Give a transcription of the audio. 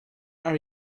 are